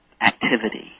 activity